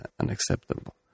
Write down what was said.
unacceptable